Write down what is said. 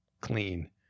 clean